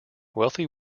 wealthy